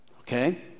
okay